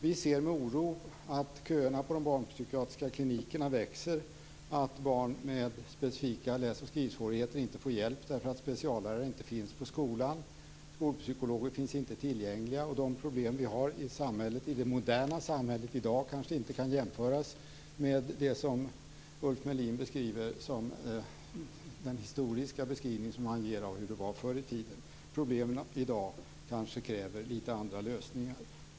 Vi ser med oro att köerna på de barnpsykiatriska klinikerna växer, att barn med specifika läs och skrivsvårigheter inte får hjälp därför att speciallärare inte finns på skolan och att skolpsykologer inte finns tillgängliga. De problem som vi har i det moderna samhället i dag kan kanske inte jämföras med den historiska beskrivning som Ulf Melin ger av hur det var förr i tiden. Problemen i dag kräver kanske litet andra lösningar.